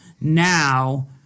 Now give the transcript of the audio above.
now